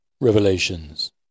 Revelations